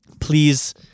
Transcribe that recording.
please